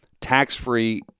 tax-free